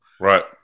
Right